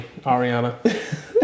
Ariana